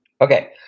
Okay